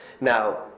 Now